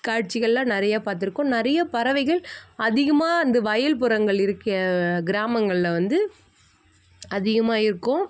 காட்சிகளெல்லாம் நிறைய பார்த்துருக்கோம் நிறைய பறவைகள் அதிகமாக அந்த வயல் புறங்கள் இருக்கே கிராமங்களில் வந்து அதிகமாக இருக்கும்